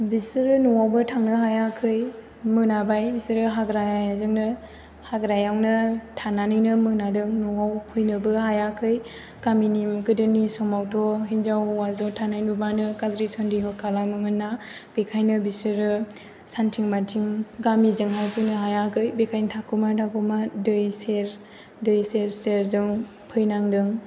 बिसोरो न'आवबो थांनो हायाखै मोनाबाय बिसोरो हाग्रायावनो थानानैनो मोनादों न'आवबो फैनोबो हायाखै गामिनि गोदोनि समावथ' हिनजाव हौवा ज' थानाय नुबानो गाज्रि सनदेह' खालामोमोन ना बेनिखायनो बिसोरो सान्थिं माथिं गामिजोंहाय फैनो हायाखै बेखायनो थाखुमा थाखुमा दै सेर सेरजों फैनांदों